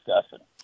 discussion